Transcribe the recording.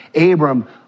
Abram